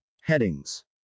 Headings